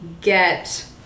get